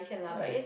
right